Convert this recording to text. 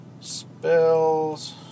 Spells